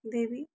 देवी